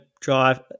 drive